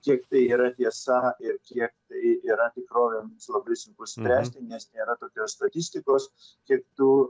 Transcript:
kiek tai yra tiesa ir kiek tai yra tikrovė mums labai sunku spręsti nes nėra tokios statistikos kiek tų